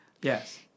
Yes